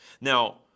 Now